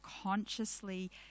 consciously